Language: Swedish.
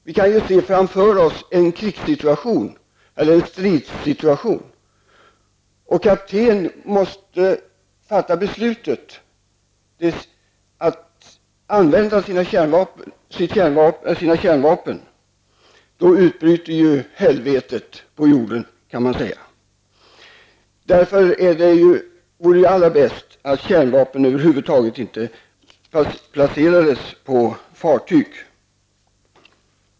Man kan ju föreställa sig en krigs eller stridssituation, där kaptenen på ett fartyg måste fatta beslut om att kärnvapnen ombord skall användas. Men då börjar helvetet på jorden, kan man säga. Mot den bakgrunden vore det allra bäst att låta bli att över huvud taget placera några kärnvapen på fartyg.